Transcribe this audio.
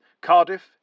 Cardiff